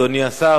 אדוני השר,